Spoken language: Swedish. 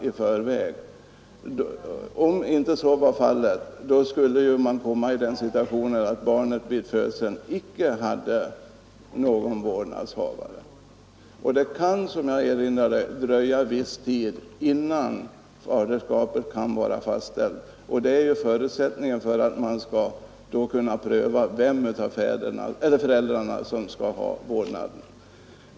I annat fall skulle man komma i den situationen att barnet vid födelsen icke hade någon vårdnadshavare. Det kan, som jag erinrade om, dröja viss tid innan faderskapet har fastställts, vilket är förutsättningen för att man skall kunna pröva vilken av föräldrarna som skall ha vårdnaden.